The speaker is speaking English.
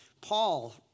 Paul